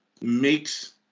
makes